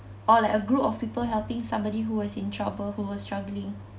or like a group of people helping somebody who was in trouble who were struggling